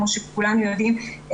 כמו שכולנו יודעים,